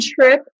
trip